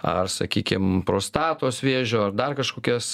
ar sakykim prostatos vėžio ar dar kažkokias